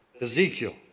Ezekiel